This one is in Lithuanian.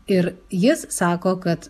ir jis sako kad